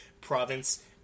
province